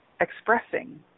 expressing